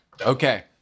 Okay